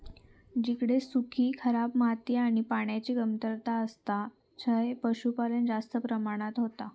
जिकडे सुखी, खराब माती आणि पान्याची कमतरता असता थंय पशुपालन जास्त प्रमाणात होता